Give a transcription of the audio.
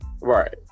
Right